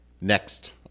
next